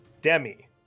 Demi